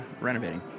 Renovating